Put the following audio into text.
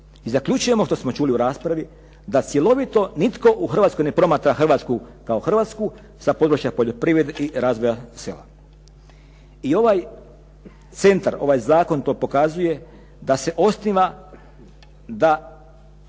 zaključujemo što smo čuli u raspravi, da cjelovito nitko u Hrvatskoj ne promatra Hrvatsku kao Hrvatsku sa područja poljoprivrede i razvoja sela. I ovaj centar, ovaj zakon to pokazuje, da se osniva da